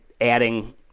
adding